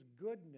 goodness